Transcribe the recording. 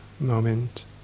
moment